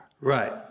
Right